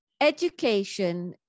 education